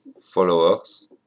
followers